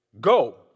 Go